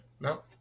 no